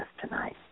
tonight